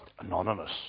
anonymous